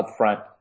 upfront